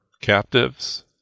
captives